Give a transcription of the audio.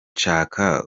nshaka